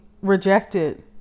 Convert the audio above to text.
rejected